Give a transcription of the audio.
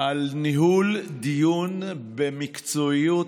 על ניהול דיון במקצועיות,